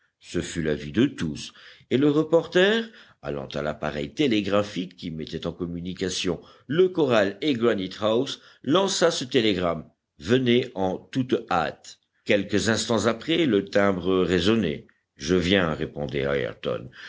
ce fut l'avis de tous et le reporter allant à l'appareil télégraphique qui mettait en communication le corral et granitehouse lança ce télégramme venez en toute hâte quelques instants après le timbre résonnait je viens répondait ayrton